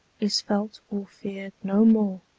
is felt or feared no more